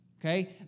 okay